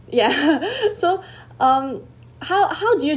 ya so um how how do you